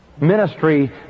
Ministry